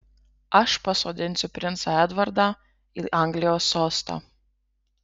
aš pasodinsiu princą edvardą į anglijos sostą